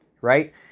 Right